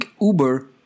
Uber